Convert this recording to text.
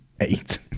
eight